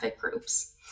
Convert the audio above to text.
groups